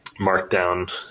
markdown